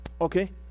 Okay